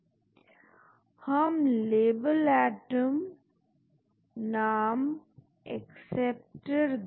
तो weighted fingerprints हर एक अंश के साथ उसकी सापेक्ष महत्व को जोड़ते हैं फ्रेगमेंटेड मॉलिक्यूल की उपस्थिति का नंबर पूरे डेटाबेस में एक अंश या फ्रेगमेंट के उपस्थित होने का नंबर